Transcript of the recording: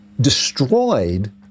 destroyed